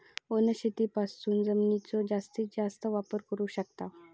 वनशेतीपासून जमिनीचो जास्तीस जास्त वापर करू शकताव